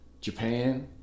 Japan